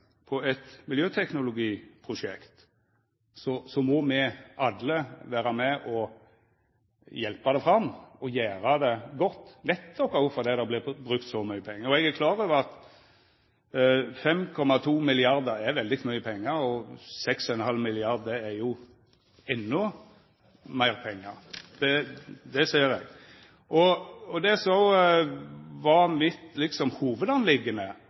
på eit miljøteknologiprosjekt, må me alle vera med og hjelpa det fram og gjera det godt, nettopp òg fordi det vert brukt så mykje pengar. Eg er klar over at 5,2 mrd. kr er veldig mykje pengar, og 6,5 mrd. kr er jo endå meir pengar. Det ser eg. Det som liksom var